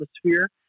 atmosphere